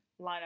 lineup